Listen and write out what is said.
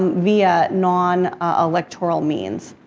via non electoral means.